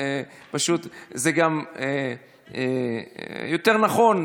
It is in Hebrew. פשוט זה גם יותר נכון,